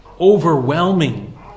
overwhelming